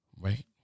right